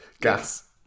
gas